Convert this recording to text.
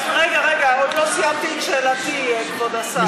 רגע, רגע, עוד לא סיימתי את שאלתי, כבוד השר.